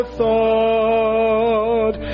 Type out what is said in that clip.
thought